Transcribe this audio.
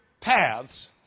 paths